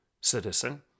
citizen